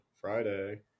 Friday